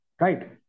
right